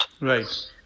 Right